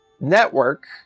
network